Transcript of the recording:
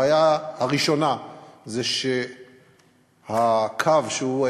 הבעיה הראשונה זה שהקו שהוא,